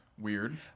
Weird